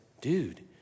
dude